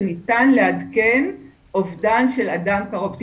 שניתן לעדכן אובדן של אדם קרוב.